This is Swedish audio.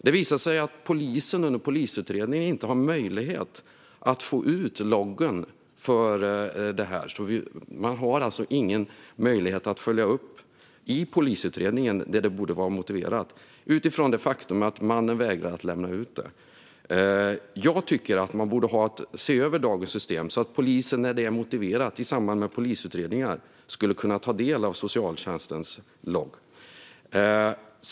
Det visade sig att polisen under polisutredningen inte hade möjlighet att få ut loggen. Man har alltså ingen möjlighet att följa upp detta i polisutredningen, där det borde vara motiverat, utifrån det faktum att socialtjänsten vägrade att lämna ut loggen. Jag tycker att man borde se över dagens system så att polisen, när det är motiverat i samband med polisutredningar, skulle kunna ta del av socialtjänstens logg.